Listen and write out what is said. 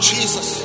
Jesus